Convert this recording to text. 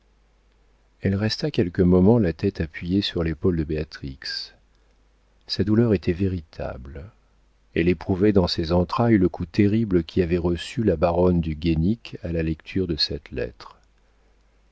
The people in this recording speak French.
elle resta quelques moments la tête appuyée sur l'épaule de béatrix sa douleur était véritable elle éprouvait dans ses entrailles le coup terrible qu'y avait reçu la baronne du guénic à la lecture de cette lettre